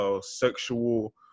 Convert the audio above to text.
sexual